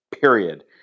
period